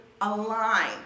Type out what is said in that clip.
align